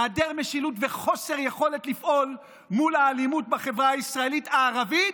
היעדר משילות וחוסר יכולת לפעול מול האלימות בחברה הישראלית הערבית,